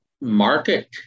market